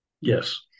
Yes